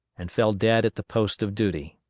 and fell dead at the post of duty.